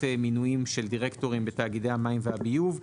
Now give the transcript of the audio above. מינויים של דירקטורים בתאגידי המים והביוב,